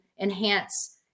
enhance